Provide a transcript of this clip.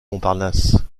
montparnasse